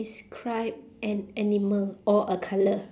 describe an animal or a colour